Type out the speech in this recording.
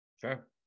Sure